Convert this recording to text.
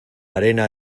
arena